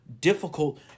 difficult